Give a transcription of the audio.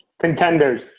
Contenders